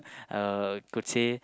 uh could say